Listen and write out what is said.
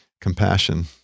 compassion